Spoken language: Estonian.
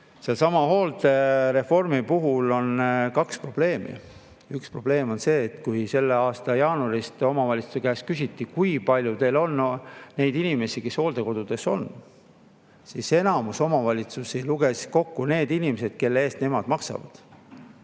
Sellesama hooldereformi puhul on kaks probleemi. Üks probleem on see, et kui selle aasta jaanuaris küsiti omavalitsuste käest, kui palju neil on hooldekodudes inimesi, siis enamik omavalitsusi luges kokku need inimesed, kelle eest nemad maksavad.